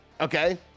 Okay